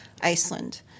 Iceland